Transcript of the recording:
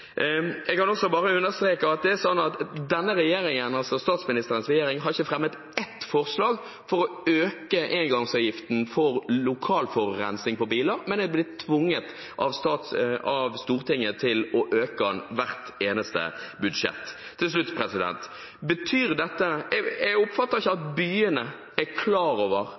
Jeg vil bare understreke at denne regjeringen, altså statsministerens regjering, ikke har fremmet ett forslag om å øke engangsavgiften – for lokal forurensning – på biler, men er blitt tvunget av Stortinget til å øke den i hvert eneste budsjett. Til slutt: Jeg oppfatter ikke at byene er klar over